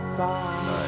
Bye